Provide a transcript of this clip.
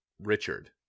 Richard